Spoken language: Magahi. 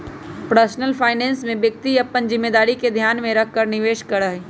पर्सनल फाइनेंस में व्यक्ति अपन जिम्मेदारी के ध्यान में रखकर निवेश करा हई